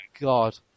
God